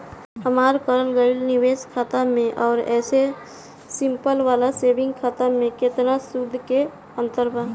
हमार करल गएल निवेश वाला खाता मे आउर ऐसे सिंपल वाला सेविंग खाता मे केतना सूद के अंतर बा?